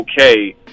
okay